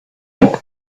long